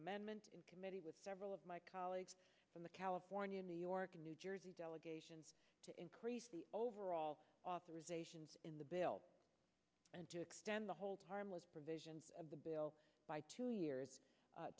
amendment in committee with several of my colleagues from the california new york and new jersey delegation to increase the overall authorization in the bill and to extend the hold harmless provisions of the bill by two years